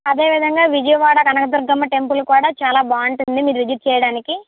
అదేవిధంగా విజయవాడ కనకదుర్గమ్మ టెంపుల్ కూడా చాలా బాగుంటుంది మీరు విజిట్ చేయడానికి